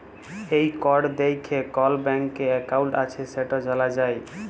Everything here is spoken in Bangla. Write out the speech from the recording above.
এই কড দ্যাইখে কল ব্যাংকে একাউল্ট আছে সেট জালা যায়